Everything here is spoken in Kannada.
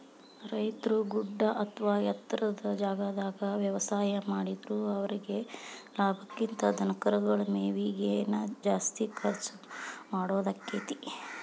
ರೈತರು ಗುಡ್ಡ ಅತ್ವಾ ಎತ್ತರದ ಜಾಗಾದಾಗ ವ್ಯವಸಾಯ ಮಾಡಿದ್ರು ಅವರೇಗೆ ಲಾಭಕ್ಕಿಂತ ಧನಕರಗಳ ಮೇವಿಗೆ ನ ಜಾಸ್ತಿ ಖರ್ಚ್ ಮಾಡೋದಾಕ್ಕೆತಿ